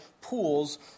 pools